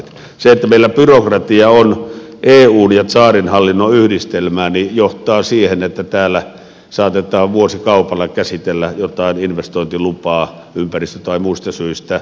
se että meillä byrokratia on eun ja tsaarin hallinnon yhdistelmä johtaa siihen että täällä saatetaan vuosikaupalla käsitellä jotain investointilupaa ympäristö tai muista syistä